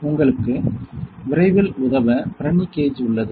உங்களுக்கு விரைவில் உதவ பிரனி கேஜ் உள்ளது